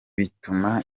bituma